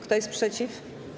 Kto jest przeciw?